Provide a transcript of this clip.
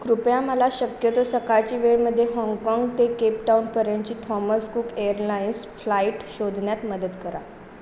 कृपया मला शक्यतो सकाळच्या वेळेमध्ये हाँगकाँग ते केपटाऊनपर्यंतची थॉमस कूक एअरलाइन्स फ्लाईट शोधण्यात मदत करा